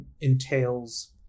entails